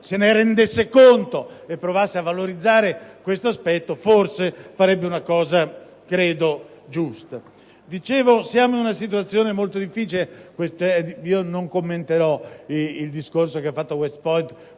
se ne rendesse conto e provasse a valorizzare questo aspetto, farebbe cosa giusta. Siamo in una situazione molto difficile. Non commenterò il discorso che ha fatto a West Point